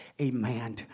Amen